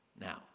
Now